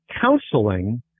counseling